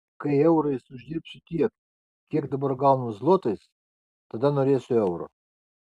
kai eurais uždirbsiu tiek kiek dabar gaunu zlotais tada norėsiu euro